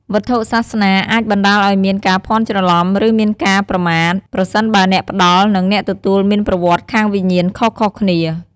វត្ថុសាសនាអាចបណ្តាលឱ្យមានការភ័ន្តច្រឡំ ឬមានការប្រមាថ ប្រសិនបើអ្នកផ្តល់ និងអ្នកទទួលមានប្រវត្តិខាងវិញ្ញាណខុសៗគ្នា។